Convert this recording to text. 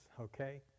okay